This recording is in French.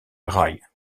rail